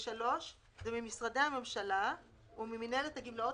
"(3)ממשרדי הממשלה וממנהלת הגמלאות במשרד האוצר"